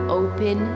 open